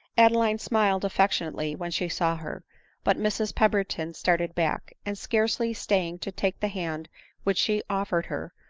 adeline smiled affectionately when she saw her but mrs pemberton started back, and, scarcely staying to take the hand which she offered her,